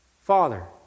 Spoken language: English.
Father